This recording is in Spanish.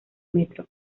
metro